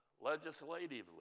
legislatively